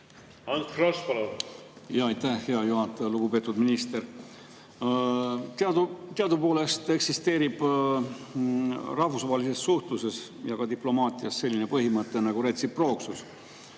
Ants Frosch, palun! Aitäh, hea juhataja! Lugupeetud minister! Teadupoolest eksisteerib rahvusvahelises suhtluses ja ka diplomaatias selline põhimõte nagu retsiprooksus.